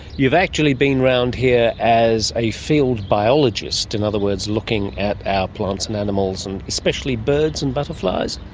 you've actually been around here as a field biologist, in other words looking at our plants and animals and especially birds and butterflies.